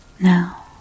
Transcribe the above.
now